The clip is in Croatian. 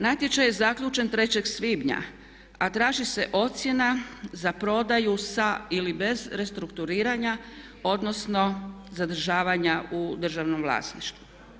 Natječaj je zaključen 3.svibnja a traži se ocjena za prodaju sa ili bez restrukturiranja odnosno zadržavanja u državnom vlasništvu.